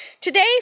today